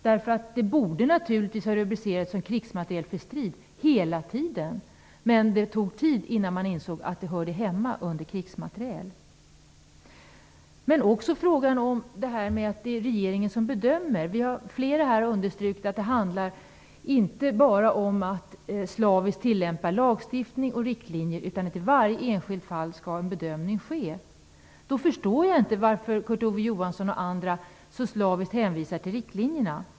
Det borde naturligtvis ha rubricerats som krigsmateriel för strid hela tiden, men det tog tid innan man insåg att det hörde hemma under krigsmateriel. Också frågan om att det är regeringen som bedömer vill jag ta upp. Vi är flera som här har understrukit att det inte bara handlar om att slaviskt tillämpa lagstiftning och riktlinjer. En bedömning skall ske i varje enskilt fall. Då förstår jag inte varför Kurt Ove Johansson och andra så slaviskt hänvisar till riktlinjerna.